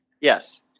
Yes